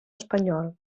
espanyol